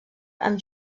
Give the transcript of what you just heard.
amb